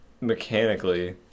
mechanically